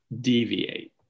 deviate